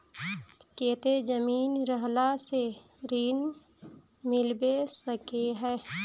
केते जमीन रहला से ऋण मिलबे सके है?